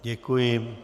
Děkuji.